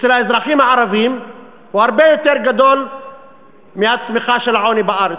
אצל האזרחים הערבים הוא הרבה יותר גדול מהצמיחה של העוני בארץ.